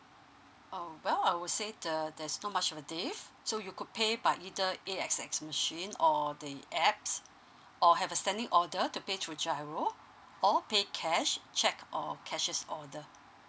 oh well i would say the there is not so much of a diff so you could pay by either a s x machine or the apps or have a standing order to pay through giro or pay cash cheque or cashes order